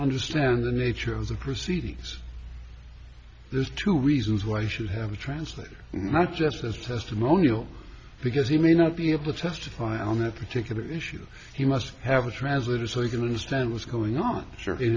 understand the nature of the proceedings there's two reasons why he should have a translator not just as a testimonial because he may not be able to testify on that particular issue he must have a translator so he can understand what's going on